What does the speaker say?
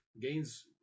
gains